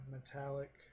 Metallic